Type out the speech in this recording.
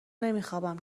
نمیخوابم